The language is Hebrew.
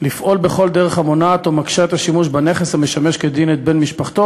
לפעול בכל דרך המונעת או מקשה את השימוש בנכס המשמש כדין את בן משפחתו